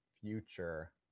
future